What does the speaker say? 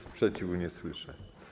Sprzeciwu nie słyszę.